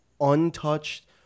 untouched